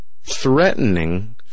threatening